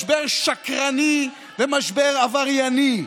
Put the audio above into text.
משבר שקרני ומשבר עברייני.